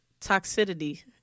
toxicity